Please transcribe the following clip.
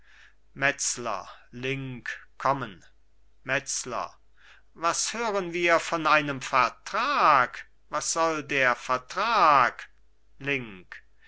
metzler link kommen metzler was hören wir von einem vertrag was soll der vertrag link